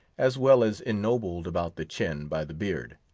as well as ennobled about the chin by the beard.